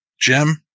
Jim